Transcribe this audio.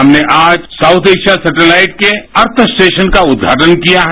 हमने आज south Asia satellite के अर्थ स्टेशन का उद्घाटन किया है